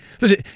listen